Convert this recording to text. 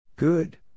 Good